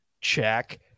Check